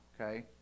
okay